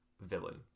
villain